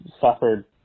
suffered